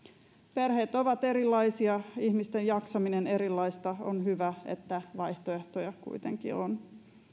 perheet ovat erilaisia ihmisten jaksaminen on erilaista on hyvä että vaihtoehtoja kuitenkin on